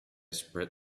spread